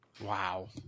Wow